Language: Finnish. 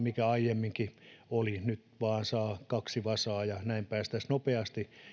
mikä aiemminkin oli kun nyt saa vain kaksi vasaa ja näin päästäisiin nopeasti